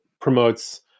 promotes